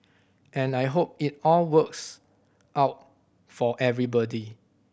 and I hope it all works out for everybody